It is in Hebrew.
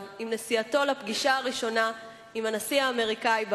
עם נסיעתו לפגישה הראשונה עם הנשיא האמריקני,